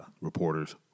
reporters